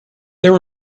there